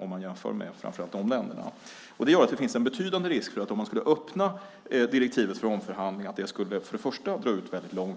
Om man skulle öppna direktivet för omförhandling finns det för det första en risk för att det skulle dra ut länge på